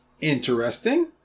interesting